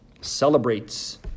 celebrates